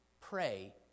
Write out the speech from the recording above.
pray